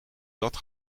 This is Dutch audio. dat